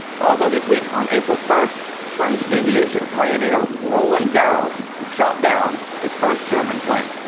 also this week, on april first, french aviation pioneer roland garros shot down his first german plane.